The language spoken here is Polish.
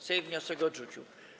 Sejm wniosek odrzucił.